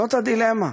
זאת הדילמה,